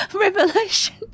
Revelation